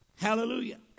Hallelujah